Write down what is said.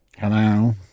Hello